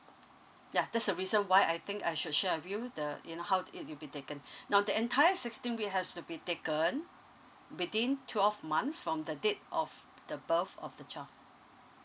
ya that's a reason why I think I should share with you the you know how the it it'll be taken now that entire sixteen we has to be taken within twelve months from the date of the birth of the child